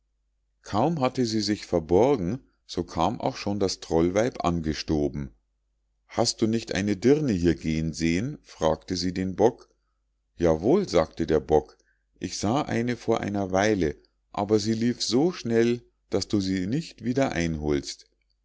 kaum hatte sie sich verborgen so kam auch schon das trollweib angestoben hast du nicht eine dirne hier gehen sehen fragte sie den bock ja wohl sagte der bock ich sah eine vor einer weile aber sie lief so schnell daß du sie nicht wieder einholst